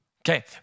Okay